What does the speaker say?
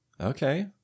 Okay